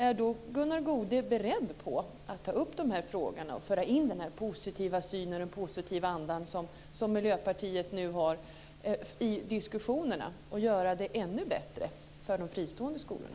Är då Gunnar Goude beredd att ta upp dessa frågor och föra in den positiva anda som Miljöpartiet nu har i diskussionerna så att det blir ännu bättre för de fristående skolorna?